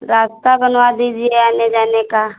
रास्ता बनवा दीजिए आने जाने का